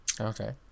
okay